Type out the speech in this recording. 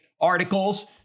articles